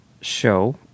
show